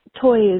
toys